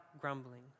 grumbling